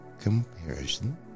Comparison